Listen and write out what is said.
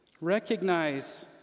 recognize